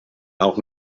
auch